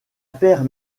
paire